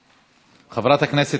חברת הכנסת תמר זנדברג,